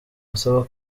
asaba